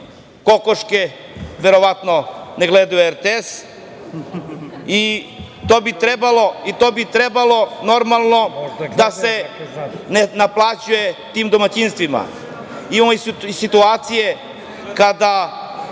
kokoške verovatno ne gledaju RTS i to bi trebalo normalno da se ne naplaćuje tim domaćinstvima. Imamo i situacije kada